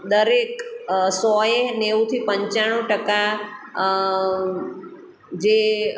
દરેક સો એ નેવુંથી પંચાણું ટકા જે